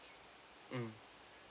mm